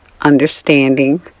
understanding